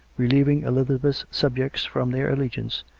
relieving elizabeth's subjects from their allegiance,